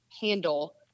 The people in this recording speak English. handle